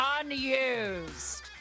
unused